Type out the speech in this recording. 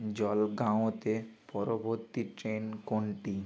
জলগাঁওতে পরবর্তী ট্রেন কোনটি